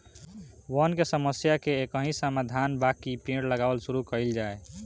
वन के समस्या के एकही समाधान बाकि पेड़ लगावल शुरू कइल जाए